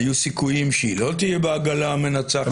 היו סיכויים שהיא לא תהיה בעגלה המנצחת.